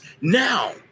Now